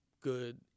good